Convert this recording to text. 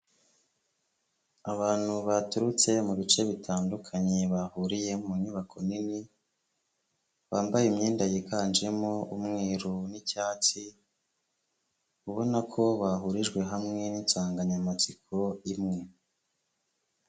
Abantu baturutse mu bice bitandukanye bahuriye mu nyubako nini, bambaye imyenda yiganjemo umweru n'icyatsi, ubona ko bahurijwe hamwe n'insanganyamatsiko imwe.